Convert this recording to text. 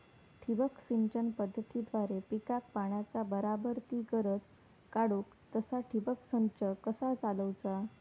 ठिबक सिंचन पद्धतीद्वारे पिकाक पाण्याचा बराबर ती गरज काडूक तसा ठिबक संच कसा चालवुचा?